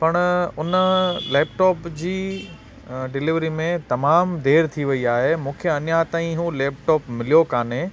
पण उन लैपटॉप जी डिलीवरी में तमामु देरि थी वई आहे मूंखे अञा ताईं उहो लैपटॉप मिलियो कोन्हे